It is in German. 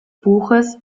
buches